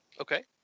Okay